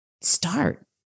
start